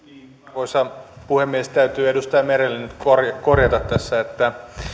arvoisa puhemies täytyy edustaja merelle nyt korjata korjata tässä että